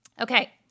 Okay